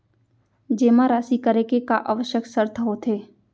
जेमा राशि करे के का आवश्यक शर्त होथे?